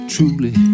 Truly